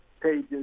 pages